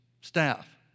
staff